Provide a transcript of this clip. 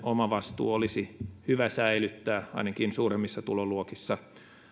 omavastuu olisi hyvä säilyttää ainakin suuremmissa tuloluokissa